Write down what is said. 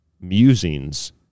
musings